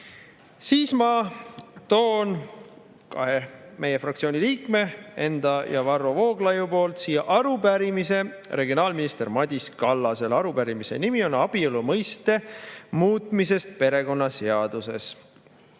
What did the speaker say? siis ma toon kahe meie fraktsiooni liikme, enda ja Varro Vooglaiu nimel siia arupärimise regionaalminister Madis Kallasele. Arupärimise pealkiri on "Abielu mõiste muutmisest perekonnaseaduses".